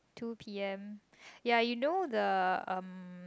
two p_m ya you know the um